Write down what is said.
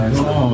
no